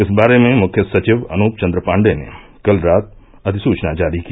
इस बारे में मुख्य सचिव अनुप चंद्र पांडे ने कल रात अधिसूचना जारी की